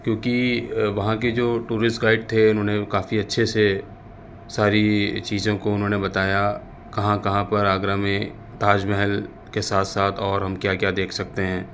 کیوںکہ وہاں کی جو ٹورسٹ گائڈ تھے انہوں نے کافی اچھے سے ساری چیزوں کو انہوں نے بتایا کہاں کہاں پر آگرہ میں تاج محل کے ساتھ ساتھ اور ہم کیا کیا دیکھ سکتے ہیں